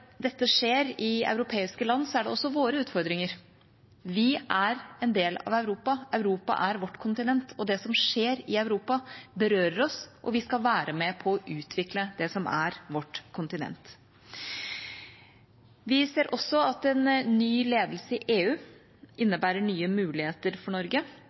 dette skjer i europeiske land, er det også våre utfordringer. Vi er en del av Europa, Europa er vårt kontinent, det som skjer i Europa, berører oss, og vi skal være med på å utvikle det som er vårt kontinent. Vi ser også at en ny ledelse i EU innebærer nye muligheter for Norge.